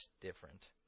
different